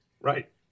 Right